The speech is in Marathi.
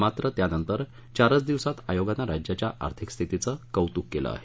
मात्र त्यानंतर चारच दिवसात आयोगानं राज्याच्या आर्थिक स्थितीचं कौतुक केलं आहे